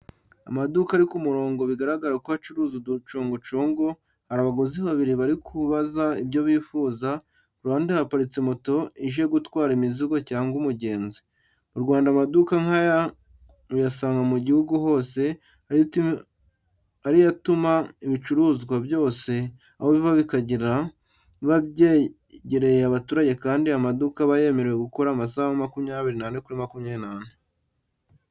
Amaduka ari ku murongo bigaragara ko acuruza aducogocogo, hari abaguzi babiri barikubaza ibyo bifuza, ku ruhande haparitse moto ije gutwara imizigo cyangwa umugenzi. Mu Rwanda amaduka nkaya uyasanga mu gihugu hose ariyo atuma ibicuruzwa byose aho biva bikagera biba byegereye abaturage kandi aya maduka aba yemerewe gukora amasaha makumyabiri n'ane kuri makumyabiri n'ane.